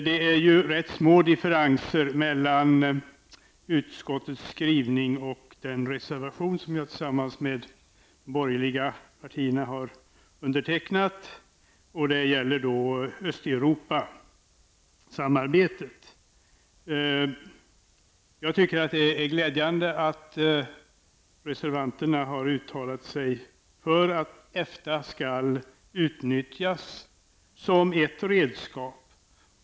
Det är rätt små differenser mellan utskottets skrivning och den reservation som vi har tillsammans med de borgerliga partierna. Det gäller Östeuropasamarbetet. Jag tycker att det är glädjande att reservanterna har uttalat sig för att EFTA skall utnyttjas som ett redskap.